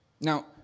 now